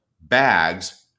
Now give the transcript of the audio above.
bags